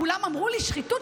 כולם אמרו לי: שחיתות,